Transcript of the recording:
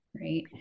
Right